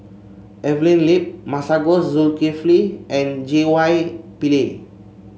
Evelyn Lip Masagos Zulkifli and J Y Pillay